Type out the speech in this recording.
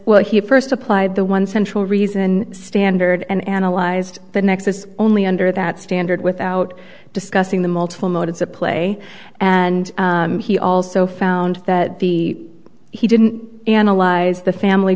well he first applied the one central reason standard and analyzed the nexus only under that standard without discussing the multiple motives at play and he also found that the he didn't analyze the family